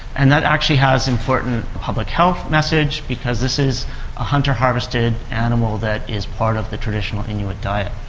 and that actually has important public health message because this is a hunter harvested animal that is part of the traditional inuit diet.